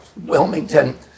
Wilmington